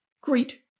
Great